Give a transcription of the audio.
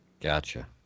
gotcha